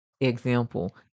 example